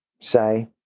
say